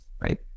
right